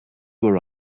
were